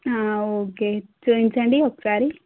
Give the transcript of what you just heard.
okay చూపించండి ఒకసారి